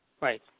Right